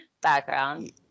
background